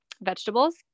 vegetables